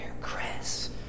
Chris